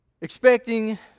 expecting